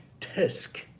tisk